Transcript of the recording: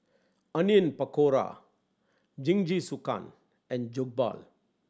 Onion Pakora Jingisukan and Jokbal